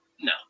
No